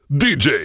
dj